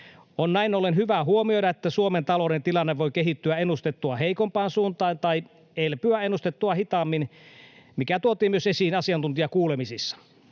On näin ollen hyvä huomioida, että Suomen talouden tilanne voi kehittyä ennustettua heikompaan suuntaan tai elpyä ennustettua hitaammin, mikä tuotiin myös esiin asiantuntijakuulemisissa.